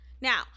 Now